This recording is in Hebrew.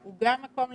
הוא גם מקום למידה,